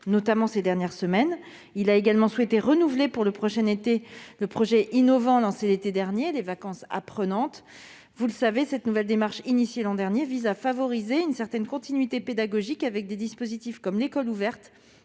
notamment ces dernières semaines. Il a également souhaité renouveler, pour le prochain été, le projet innovant, lancé l'été dernier, des « vacances apprenantes ». Vous le savez, cette nouvelle démarche vise à favoriser une certaine continuité pédagogique, avec des dispositifs tels que l'« école ouverte